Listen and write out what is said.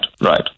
right